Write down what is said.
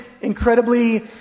incredibly